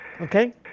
Okay